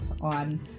on